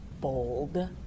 bold